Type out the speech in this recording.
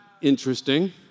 interesting